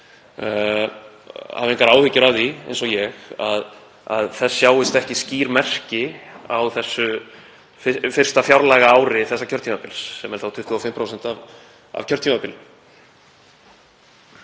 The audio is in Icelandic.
hafi ekki áhyggjur af því eins og ég að þess sjáist ekki skýr merki á fyrsta fjárlagaári þessa kjörtímabils, sem er þá 25% af kjörtímabilinu.